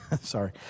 Sorry